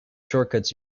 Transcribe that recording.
shortcuts